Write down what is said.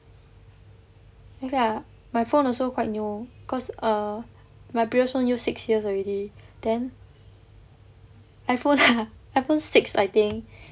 okay lah my phone also quite new cause err my previous [one] use six years already then iphone lah iphone six I think